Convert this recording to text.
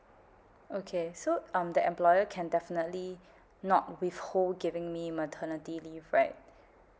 okay so um the employer can definitely not withhold giving me maternity leave right